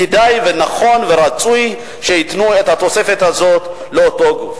כדאי ונכון ורצוי שייתנו את התוספת הזאת לאותו גוף.